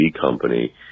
company